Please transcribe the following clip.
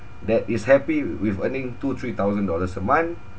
that is happy with earning two three thousand dollars a month